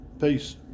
Peace